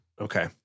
Okay